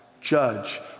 judge